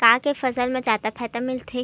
का के फसल मा जादा फ़ायदा मिलथे?